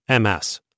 MS